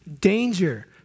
danger